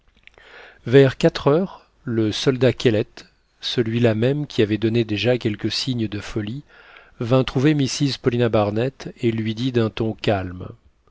vers quatre heures le soldat kellet celui-là même qui avait donné déjà quelques signes de folie vint trouver mrs paulina barnett et lui dit d'un ton calme